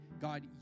God